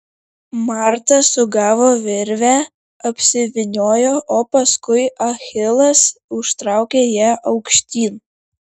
marta sugavo virvę apsivyniojo o paskui achilas užtraukė ją aukštyn